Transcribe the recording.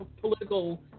political